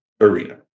arena